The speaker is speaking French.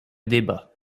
débat